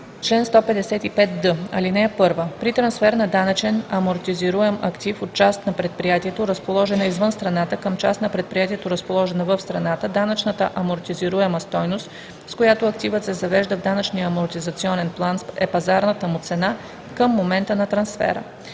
Чл. 155д. (1) При трансфер на данъчен амортизируем актив от част на предприятието, разположена извън страната, към част на предприятието, разположена в страната, данъчната амортизируема стойност, с която активът се завежда в данъчния амортизационен план, е пазарната му цена към момента на трансфера.